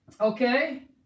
okay